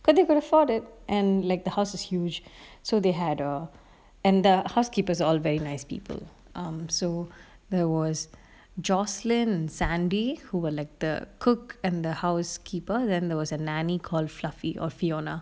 but they could afford it and like the house is huge so they had err and the housekeeper's all very nice people um so there was jocelyn sandy who were like the cook and the housekeeper then there was a nanny called fluffy or fiona